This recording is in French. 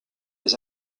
des